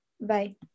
Bye